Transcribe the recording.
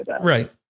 Right